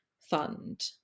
fund